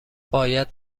باید